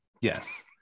Yes